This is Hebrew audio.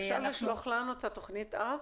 אפשר לשלוח לנו את תוכנית האב?